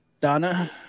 Donna